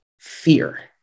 fear